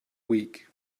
week